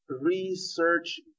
research